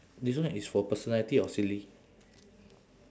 this one is for personality or silly